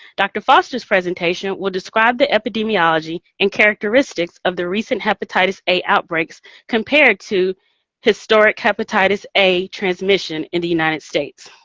dr. foster's presentation will describe the epidemiology and characteristics of the recent hepatitis a outbreaks compared to historic hepatitis a transmission in the united states.